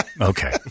Okay